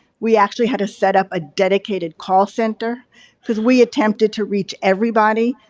we actually had to set up a dedicated call center because we attempted to reach everybody,